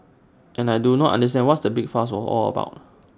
and I do not understand what's the big fuss was all about